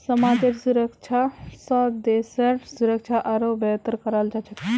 समाजेर सुरक्षा स देशेर सुरक्षा आरोह बेहतर कराल जा छेक